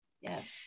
Yes